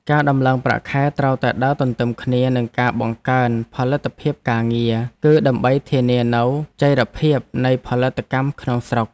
ការដំឡើងប្រាក់ខែត្រូវតែដើរទន្ទឹមគ្នានឹងការបង្កើនផលិតភាពការងារ គឺដើម្បីធានានូវចីរភាពនៃផលិតកម្មក្នុងស្រុក។